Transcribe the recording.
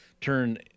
turn